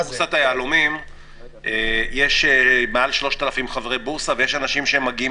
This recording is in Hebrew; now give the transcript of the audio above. בבורסת היהלומים יש מעל 3,000 חברי בורסה ויש אנשים שמגיעים